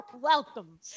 welcome